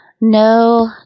no